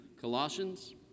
Colossians